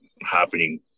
happening